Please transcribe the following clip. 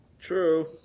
true